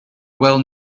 well